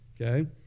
okay